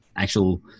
actual